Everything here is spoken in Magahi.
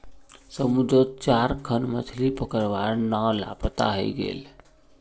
समुद्रत चार खन मछ्ली पकड़वार नाव लापता हई गेले